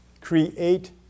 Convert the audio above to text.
Create